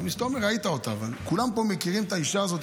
ראית אותה, אבל כולם פה מכירים את האישה הזאת,